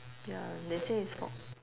ya they say is for